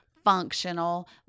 functional